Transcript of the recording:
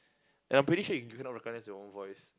and I'm pretty sure you cannot recognize your own voice